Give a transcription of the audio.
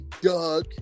Doug